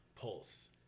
Pulse